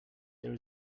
there